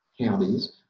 counties